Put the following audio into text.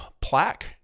plaque